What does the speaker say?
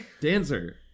Dancer